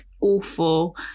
Awful